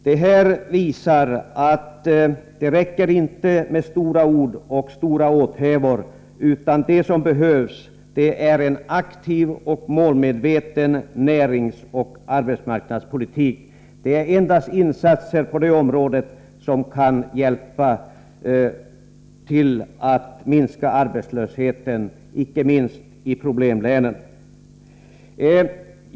Detta visar att det inte räcker med stora ord och stora åthävor, utan det som behövs är en aktiv och målmedveten näringsoch arbetsmarknadspolitik. Det är endast insatser på det området som kan hjälpa till att minska arbetslösheten, icke minst i problemlänen.